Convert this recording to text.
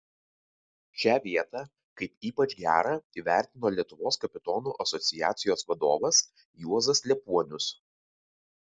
šią vietą kaip ypač gerą įvertino lietuvos kapitonų asociacijos vadovas juozas liepuonius